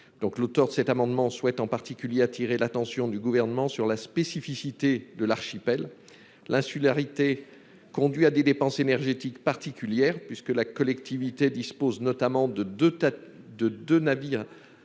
L'auteur de cet amendement souhaite en particulier attirer l'attention du Gouvernement sur la spécificité de l'archipel. L'insularité conduit à des dépenses énergétiques particulières, puisque la collectivité dispose notamment de deux navires